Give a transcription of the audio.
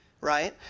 Right